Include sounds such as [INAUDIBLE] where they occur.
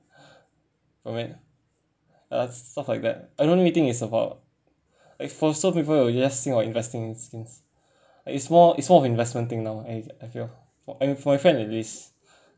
[BREATH] uh stuff like that ah I don't really think it's about like for some people will just think about investing in skins like it's more it's more of investment thing now I I feel for and for my friend at least